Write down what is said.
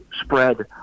spread